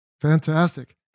Fantastic